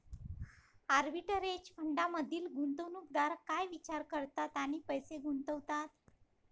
Arbitrage फंडांमधील गुंतवणूकदार काय विचार करतात आणि पैसे गुंतवतात?